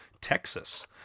Texas